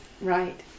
right